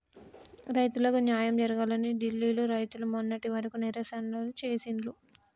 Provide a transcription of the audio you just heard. రైతులకు న్యాయం జరగాలని ఢిల్లీ లో రైతులు మొన్నటి వరకు నిరసనలు చేసిండ్లు